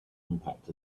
impact